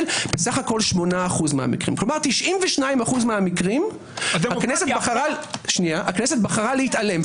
- בסה"כ 8% מהמקרים כלומר 92% אחוז מהמקרים הכנסת בחרה להתעלם.